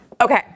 Okay